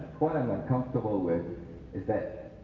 what i'm uncomfortable with is the,